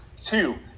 two